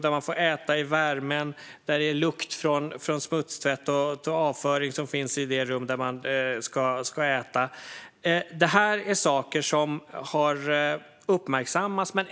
Man har fått äta i värmen, och det har varit lukt från smutstvätt och avföring i det rum där man ska äta. Det här är saker som har uppmärksammats.